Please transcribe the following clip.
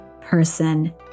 person